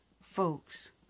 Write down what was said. folks